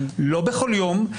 לא בכל יום,